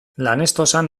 lanestosan